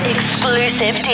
Exclusive